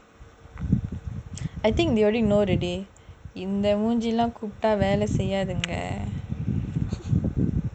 I think they only know already இந்த மூஞ்சிலாம் கொடுத்தா வேல செய்யாது:indha moonjilaam kodutha vela seyaathu